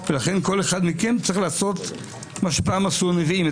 -- לכן כל אחד מכם צריך לעשות מה שעשו פעם הנביאים.